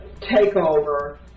takeover